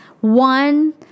one